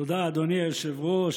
תודה, אדוני היושב-ראש.